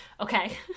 Okay